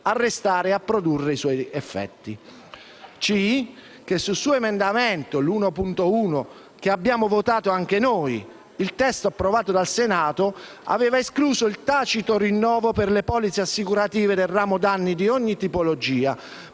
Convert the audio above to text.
a restare e a produrre i suoi effetti», nonché che sul suo emendamento 1.1, che abbiamo votato anche noi «il testo approvato dal Senato aveva escluso il tacito rinnovo per le polizze assicurative del ramo danni di ogni tipologia,